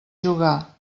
jugar